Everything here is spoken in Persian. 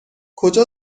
کجا